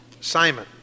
Simon